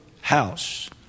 house